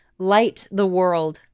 LightTheWorld